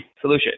solution